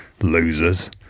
losers